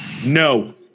no